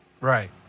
Right